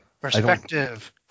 Perspective